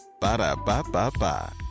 Ba-da-ba-ba-ba